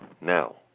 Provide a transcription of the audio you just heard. now